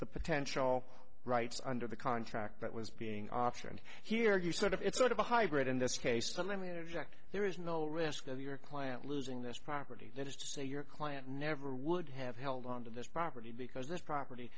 the potential rights under the contract that was being option here you sort of it's sort of a hybrid in this case let me interject there is no risk of your client losing this property that is to say your client never would have held on to this property because this property